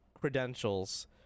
credentials